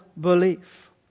belief